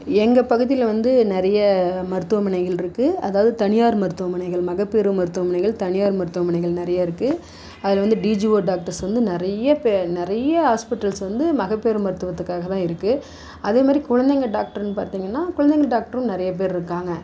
எங்கள் பகுதியில் வந்து நிறைய மருத்துவமனைகள் இருக்குது அதாவது தனியார் மருத்துவமனைகள் மகப்பேறு மருத்துவமனைகள் தனியார் மருத்துவமனைகள் நிறைய இருக்குது அதில் வந்து டிஜிஓ டாக்டர்ஸ் வந்து நிறைய பெ நிறைய ஹாஸ்பிட்டல்ஸ் வந்து மகப்பேறு மருத்துவத்துக்காக தான் இருக்குது அதே மாதிரி குழந்தைங்க டாக்ட்ருனு பார்த்திங்கனா குழந்தைங்க டாக்ட்ரும் நிறைய பேர் இருக்காங்க